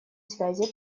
связи